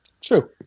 true